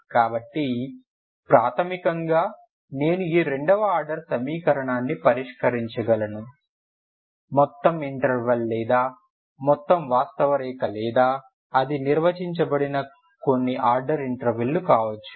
కాబట్టి ప్రాథమికంగా నేను ఈ రెండవ ఆర్డర్ సమీకరణాన్ని పరిష్కరించగలను మొత్తం ఇంటర్వెల్ లేదా మొత్తం వాస్తవ రేఖ లేదా అది నిర్వచించబడిన కొన్ని ఆర్డర్ ఇంటర్వెల్ లు కావచ్చు